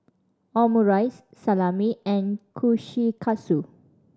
Omurice Salami and Kushikatsu